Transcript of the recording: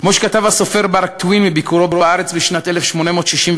כמו שכתב הסופר מר טוויין בביקורו בארץ בשנת 1867: